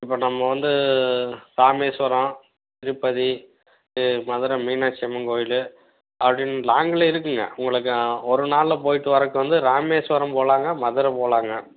இப்போ நம்ம வந்து ராமேஸ்வரம் திருப்பதி மதுரை மீனாட்சியம்மன் கோவில் அப்படிங் லாங்கில் இருக்குங்க உங்களுக்கு ஒரு நாளில் போயிவிட்டு வரக்கு வந்து ராமேஸ்வரம் போலாம்ங்க மதுரை போலாம்ங்க